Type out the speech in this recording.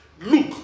Look